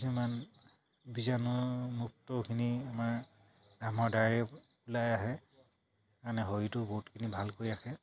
কিছুমান বীজাণুমুক্তখিনি আমাৰ ডাঙৰ ওলাই আহে কাৰণে শৰীৰটো বহুতখিনি ভাল কৰি ৰাখে